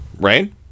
Rain